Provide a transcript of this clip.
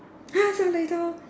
!huh! so little